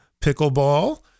Pickleball